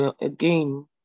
again